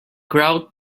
crow